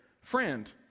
friend